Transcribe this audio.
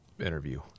interview